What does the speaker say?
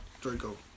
Draco